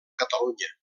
catalunya